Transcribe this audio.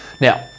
Now